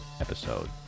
episode